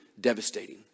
devastating